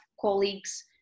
colleagues